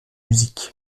musique